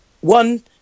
one